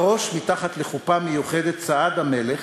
בראש, מתחת לחופה מיוחדת, צעד המלך,